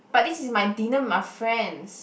but this is my dinner with my friends